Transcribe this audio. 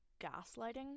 gaslighting